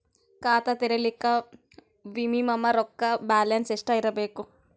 ಖಾತಾ ತೇರಿಲಿಕ ಮಿನಿಮಮ ರೊಕ್ಕ ಬ್ಯಾಲೆನ್ಸ್ ಎಷ್ಟ ಇರಬೇಕು?